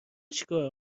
چیکار